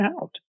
out